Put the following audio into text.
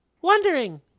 Wondering